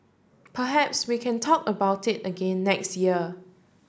perhaps we can talk about it again next year